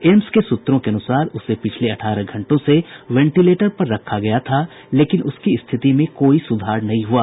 AIIMS के सूत्रों के अनुसार उसे पिछले अठारह घंटों से वेंटीलेटर पर रखा गया था लेकिन उसकी स्थिति में कोई सुधार नहीं हुआ